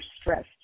stressed